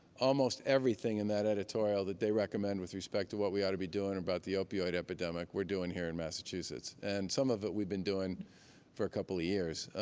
almost everything in that editorial that they recommend with respect to what we ought to be doing about the opioid epidemic, we're doing here in massachusetts. and some of it we've been doing for a couple of years.